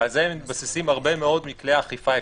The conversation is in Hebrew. ועל זה מתבססים הרבה מאוד מכלי האכיפה האפשריים.